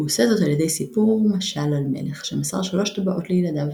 הוא עושה זאת על ידי סיפור משל על מלך שמסר שלוש טבעות זהב לילדיו,